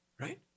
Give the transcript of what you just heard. Right